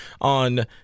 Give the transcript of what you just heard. on